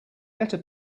better